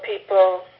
people